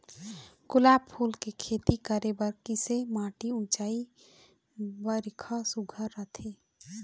गुलाब फूल के खेती करे बर किसे माटी ऊंचाई बारिखा सुघ्घर राइथे?